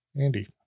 Andy